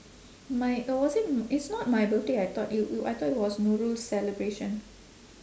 my or was it it's not my birthday I thought it it I thought it was nurul's celebration